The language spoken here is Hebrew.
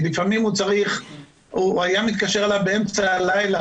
הוא היה מתקשר אליו באמצע הלילה,